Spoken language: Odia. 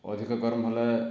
ଅଧିକ ଗରମ ହେଲେ